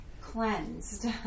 cleansed